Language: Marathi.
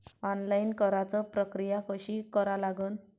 ऑनलाईन कराच प्रक्रिया कशी करा लागन?